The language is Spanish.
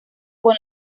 con